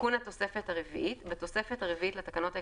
תיקון התוספת הרביעית בתוספת הרביעית לתקנות העיקריות,